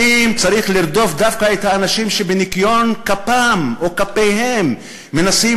האם צריך לרדוף דווקא את האנשים שבניקיון כפם או כפיהם מנסים